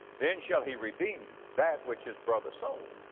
then shall he redeem that which his brother sold.